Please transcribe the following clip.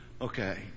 Okay